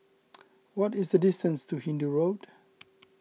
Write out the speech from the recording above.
what is the distance to Hindoo Road